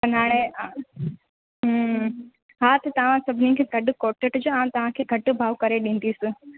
सुञाणे आहे हम्म हा त तव्हां सभिनीनि खे गॾु कोठे ॾिजो तव्हांखे घटि भाव करे ॾींदसि